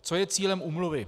Co je cílem úmluvy.